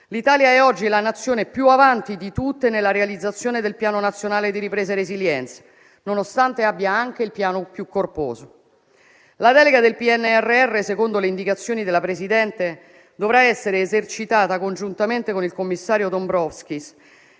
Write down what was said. l'Italia è oggi la Nazione più avanti di tutte nella realizzazione del Piano nazionale di ripresa e resilienza, nonostante abbia anche il piano più corposo. La delega sul PNRR, secondo le indicazioni della Presidente, dovrà essere esercitata congiuntamente con il commissario Dombrovskis